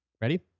Ready